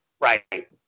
Right